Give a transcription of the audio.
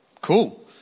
cool